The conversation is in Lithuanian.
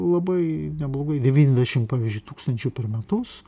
labai neblogai devyniasdešimt pavyzdžiui tūkstančių per metus